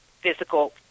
physical